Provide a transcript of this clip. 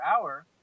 hour